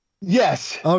Yes